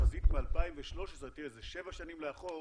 שהתחזית מ-2013, זה שבע שנים לאחור,